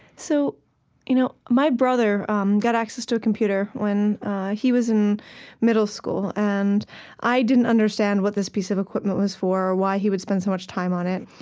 so you know my brother um got access to a computer when he was in middle school, and i didn't understand what this piece of equipment was for or why he would spend so much time on it.